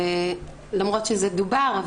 למרות שזה דובר,